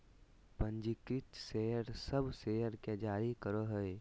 पंजीकृत शेयर सब शेयर के जारी करो हइ